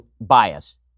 bias